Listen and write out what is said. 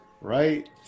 right